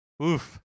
Oof